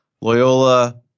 Loyola